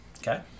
Okay